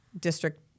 district